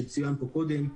שדובר עליהם קודם.